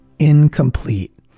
incomplete